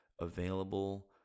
available